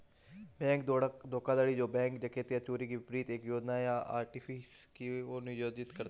bank धोखाधड़ी जो bank डकैती या चोरी के विपरीत एक योजना या आर्टिफिस को नियोजित करते हैं